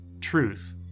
truth